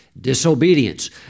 disobedience